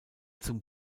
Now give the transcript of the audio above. zum